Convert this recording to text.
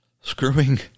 screwing